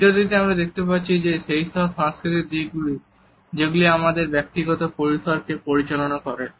এই ভিডিওটিতে আমরা দেখতে পাচ্ছি সেইসব সাংস্কৃতিক দিক গুলি যেগুলো আমাদের ব্যক্তিগত পরিসরকে পরিচালনা করে